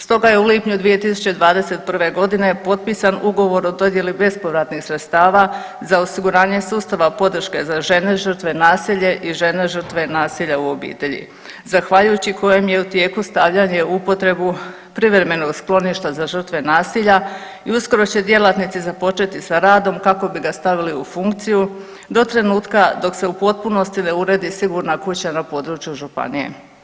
Stoga je u lipnju 2021.g. potpisan Ugovor o dodjeli bespovratnih sredstava za osiguranje sustava podrške za žene žrtve nasilja i žene žrtve nasilja u obitelji zahvaljujući kojem je u tijeku stavljanje u upotrebu privremenog skloništa za žrtve nasilja i uskoro će djelatnici započeti sa radom kako bi ga stavili u funkciji do trenutka dok se u potpunosti ne uredi sigurna kuća na području županije.